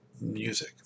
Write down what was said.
music